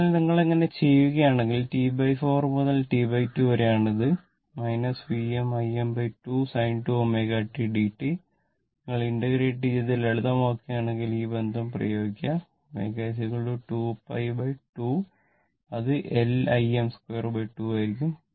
അതിനാൽ നിങ്ങൾ അങ്ങനെ ചെയ്യുകയാണെങ്കിൽ T4 മുതൽ T2 വരെയാണ് ഇത് Vm Im2 sin 2 ω t dt നിങ്ങൾ ഇന്റഗ്രേറ്റ് ചെയ്ത് ലളിതമാക്കുകയാണെങ്കിൽ ഈ ബന്ധം ഉപയോഗിക്കുക ω 2π2 അത് L Im2 2 ആയിരിക്കും